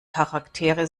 charaktere